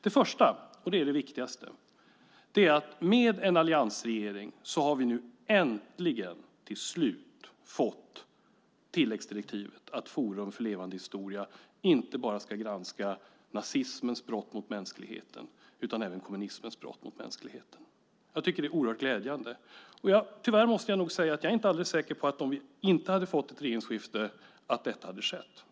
Den första, och det är den viktigaste, är att med en alliansregering har vi äntligen till slut fått tilläggsdirektivet att Forum för levande historia inte bara ska granska nazismens brott mot mänskligheten utan även kommunismens brott mot mänskligheten. Jag tycker att det är oerhört glädjande. Tyvärr måste jag nog säga att jag inte är alldeles säker på att detta hade skett om vi inte hade fått ett regeringsskifte.